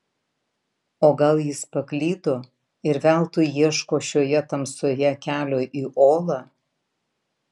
o gal jis paklydo ir veltui ieško šioje tamsoje kelio į olą